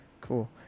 Cool